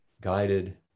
guided